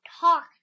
talk